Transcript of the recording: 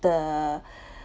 the